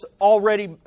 already